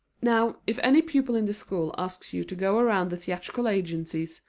now if any pupil in the school asks you to go around the theatrical agencies,